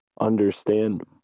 understand